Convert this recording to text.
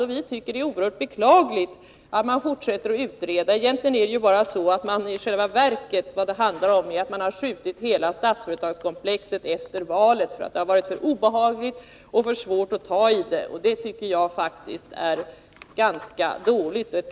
Och jag tycker att det är oerhört beklagligt att man fortsätter att utreda. Vad det handlar om i själva verket är att man har skjutit på hela Statsföretagskomplexet till efter valet — det har varit för obehagligt och svårt att ta i det. Jag tycker att det är ett ganska dåligt betyg.